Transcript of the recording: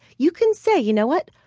you can say, you know what?